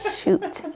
shoot.